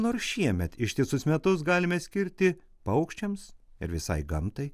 nors šiemet ištisus metus galime skirti paukščiams ir visai gamtai